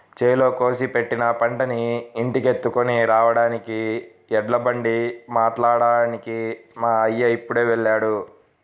చేలో కోసి పెట్టిన పంటని ఇంటికెత్తుకొని రాడానికి ఎడ్లబండి మాట్లాడ్డానికి మా అయ్య ఇప్పుడే వెళ్ళాడు